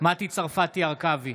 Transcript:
מטי צרפתי הרכבי,